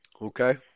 okay